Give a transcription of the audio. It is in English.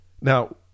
Now